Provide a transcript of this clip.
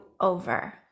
over